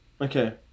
Okay